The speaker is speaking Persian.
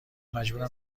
مجبورم